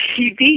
TV